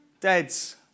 dad's